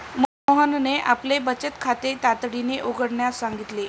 मोहनने आपले बचत खाते तातडीने उघडण्यास सांगितले